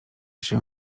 się